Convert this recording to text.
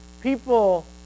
people